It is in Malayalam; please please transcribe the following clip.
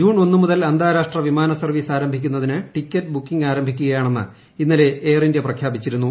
ജൂൺ ഒന്നു മുതൽ അന്താരാഷ്ട്ര വിമാനസർവ്വീസ് ആരംഭിക്കുന്നതിന് ടിക്കറ്റ് ബുക്കിംഗ്ക് ആരംഭിക്കുകയാണെന്ന് ഇന്നലെ എയർ ഇന്ത്യ പ്രഖ്യാപിച്ചിരുന്നു